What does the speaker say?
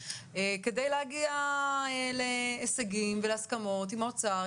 כדי להגיע להישגים ולהסכמות עם האוצר,